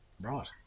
Right